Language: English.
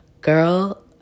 girl